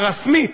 הרשמית,